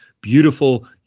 beautiful